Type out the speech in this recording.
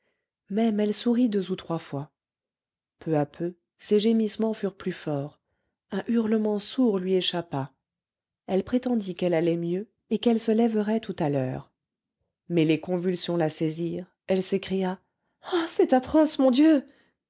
même elle sourit deux ou trois fois peu à peu ses gémissements furent plus forts un hurlement sourd lui échappa elle prétendit qu'elle allait mieux et qu'elle se lèverait tout à l'heure mais les convulsions la saisirent elle s'écria ah c'est atroce mon dieu